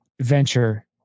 venture